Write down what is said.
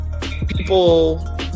people